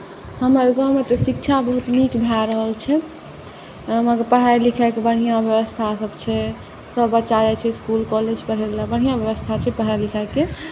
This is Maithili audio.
हमर गाँवमे तऽ शिक्षा बहुत नीक भए रहल छै एहिमे पढ़ाइ लिखाइके बढ़िआँ व्यवस्थासभ छै सभ बच्चा जाइत छै इस्कुल कॉलेज पढ़य लेल बढ़िआँ व्यवस्था छै पढ़ाइ लिखाइके